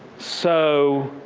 so